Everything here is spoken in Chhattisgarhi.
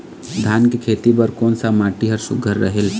धान के खेती बर कोन सा माटी हर सुघ्घर रहेल?